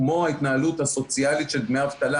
כמו ההתנהלות הסוציאלית של דמי האבטלה,